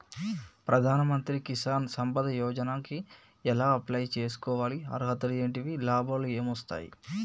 ప్రధాన మంత్రి కిసాన్ సంపద యోజన కి ఎలా అప్లయ్ చేసుకోవాలి? అర్హతలు ఏంటివి? లాభాలు ఏమొస్తాయి?